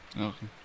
Okay